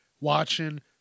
watching